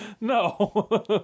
no